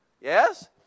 yes